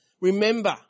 Remember